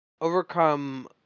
overcome